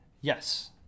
Yes